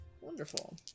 Wonderful